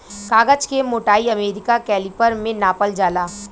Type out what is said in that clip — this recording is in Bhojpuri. कागज के मोटाई अमेरिका कैलिपर में नापल जाला